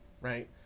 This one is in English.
right